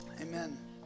Amen